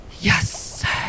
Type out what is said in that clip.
Yes